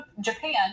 Japan